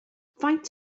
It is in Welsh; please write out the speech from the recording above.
faint